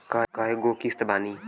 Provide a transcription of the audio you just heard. कय गो किस्त बानी?